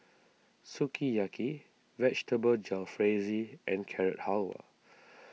Sukiyaki Vegetable Jalfrezi and Carrot Halwa